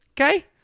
Okay